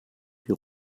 die